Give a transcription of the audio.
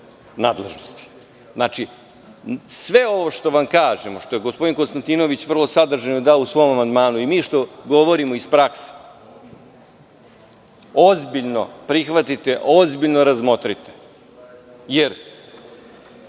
sve ovo što vam kažemo, što je gospodin Konstantinović vrlo sadržajno dao u svom amandmanu i što mi govorimo iz prakse, ozbiljno prihvatite, ozbiljno razmotrite. Jer,